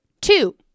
Two